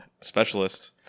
specialist